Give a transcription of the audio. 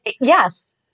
yes